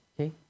Okay